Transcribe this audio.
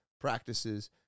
practices